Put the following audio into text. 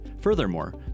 Furthermore